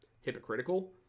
hypocritical